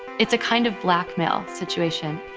it's a kind of blackmail situation.